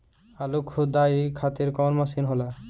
आलू खुदाई खातिर कवन मशीन होला?